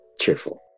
cheerful